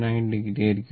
9o ആയിരിക്കും